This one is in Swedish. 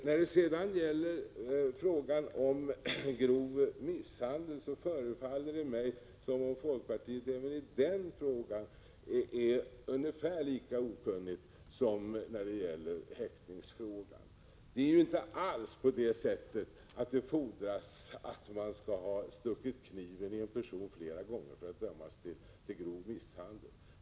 När det gäller frågan om grov misshandel förefaller det som om folkpartiet är ungefär lika okunnigt i den frågan som i häktningsfrågan. Det fordras inte alls att man skall sticka kniven i en person flera gånger för att dömas för grov misshandel.